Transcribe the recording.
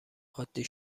عادی